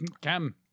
Cam